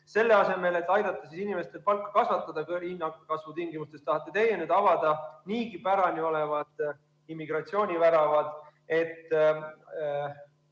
Selle asemel, et aidata inimestel palka kasvatada hinnakasvu tingimustes, tahate teie nüüd avada niigi pärani olevad immigratsiooniväravad, et